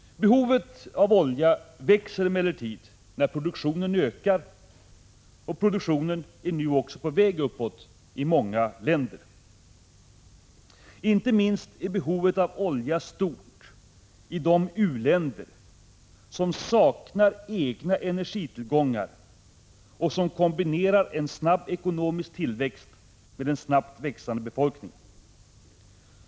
Behovet av olja växer emellertid när produktionen ökar, och produktionen är nu på väg uppåt i många länder. Behovet av olja är stort, inte minst i de u-länder som saknar egna energitillgångar och som kombinerar en snabb ekonomisk tillväxt med en snabbt växande befolkning.